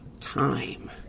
time